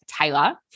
Taylor